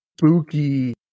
spooky